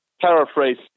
paraphrase